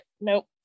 Nope